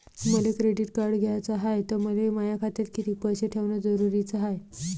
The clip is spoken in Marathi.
मले क्रेडिट कार्ड घ्याचं हाय, त मले माया खात्यात कितीक पैसे ठेवणं जरुरीच हाय?